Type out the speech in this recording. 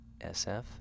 sf